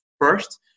first